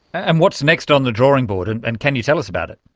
and what's next on the drawing board, and and can you tell us about it?